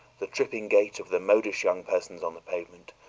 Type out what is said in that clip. the tripping gait of the modish young persons on the pavement,